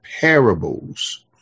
parables